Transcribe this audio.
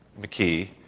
McKee